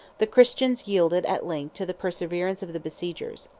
the christians yielded at length to the perseverance of the besiegers.